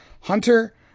Hunter